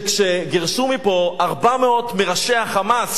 כשגירשו מכאן 400 מראשי ה"חמאס",